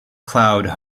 cloud